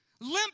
Limp